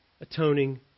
atoning